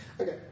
Okay